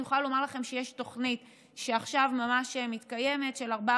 אני יכולה לומר לכם שיש תוכנית שעכשיו ממש מתקיימת של 400